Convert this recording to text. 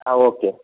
હાં ઓકે